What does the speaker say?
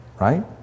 right